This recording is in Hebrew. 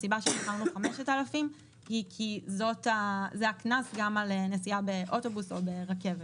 הסיבה שבחרנו 5,000 היא כי זה הקנס גם על נסיעה באוטובוס או ברכבת.